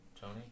Tony